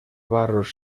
barros